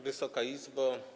Wysoka Izbo!